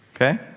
okay